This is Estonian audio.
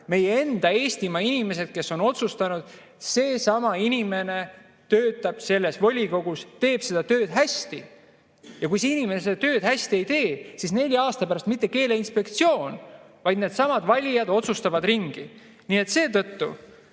meie enda Eestimaa inimesed, kes on otsustanud, et seesama inimene töötab selles volikogus, sest ta teeb seda tööd hästi. Ja kui see inimene seda tööd hästi ei tee, siis nelja aasta pärast ei otsusta mitte Keeleinspektsioon ringi, vaid needsamad valijad otsustavad ringi. Seetõttu